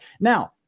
Now